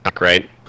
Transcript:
right